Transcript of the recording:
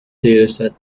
dataset